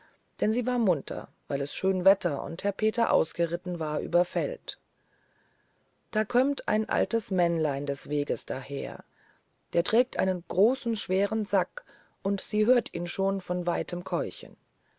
denn sie war munter weil es schön wetter und herr peter ausgeritten war über feld da kömmt ein altes männlein des weges daher der trägt einen großen schweren sack und sie hört ihn schon von weitem keuchen